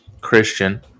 Christian